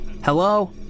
Hello